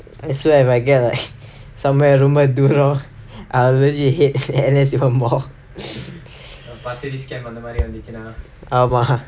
I swear like if I get like somewhere ரொம்ப தூரம்:romba thooram I will really hate N_S even more ஆமா:aamaa